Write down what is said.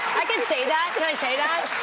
i can say that, can i say that?